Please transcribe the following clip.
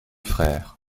frères